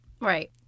Right